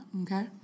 okay